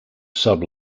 sub